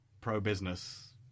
pro-business